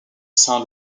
saint